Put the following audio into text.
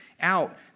out